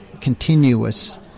continuous